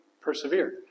persevere